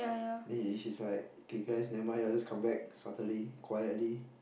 then he is like okay guys never mind y'all just come back Saturday quietly